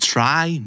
Try